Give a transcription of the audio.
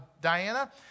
Diana